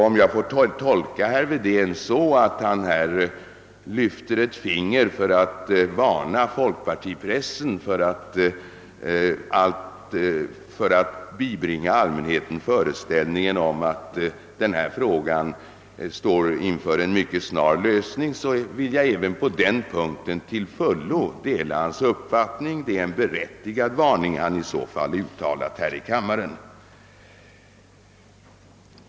Om jag får tolka herr Wedén så, att han lyfter ett finger i syfte att varna folkpartipressen för att bibringa allmänheten föreställningen att denna fråga står inför en mycket snar lösning, vill jag även på den punkten till fullo dela hans uppfattning. Det är i så fall en berättigad varning som han uttalat här i kammaren.